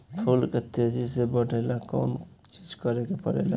फूल के तेजी से बढ़े ला कौन चिज करे के परेला?